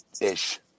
ish